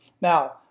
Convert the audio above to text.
Now